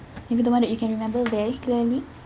maybe the one that you can remember very clearly